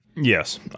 Yes